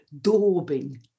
daubing